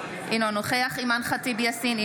אינו נוכח אימאן ח'טיב יאסין,